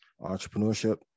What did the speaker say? entrepreneurship